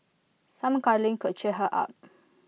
some cuddling could cheer her up